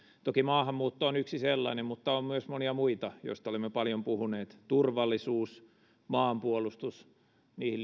toki maahanmuutto on yksi sellainen mutta on myös monia muita joista olemme paljon puhuneet turvallisuus maanpuolustus niihin